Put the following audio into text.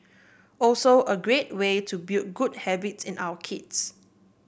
also a great way to build good habits in our kids